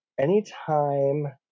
anytime